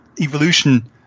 evolution